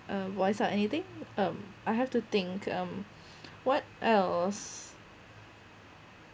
um voice out anything um I have to think um what else